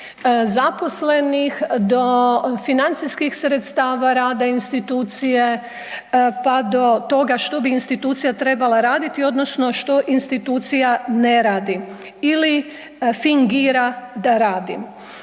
zaposlenih do financijskih sredstava rada institucije, pa do toga što bi institucija trebala raditi odnosno što institucija ne radi ili fingira da radi.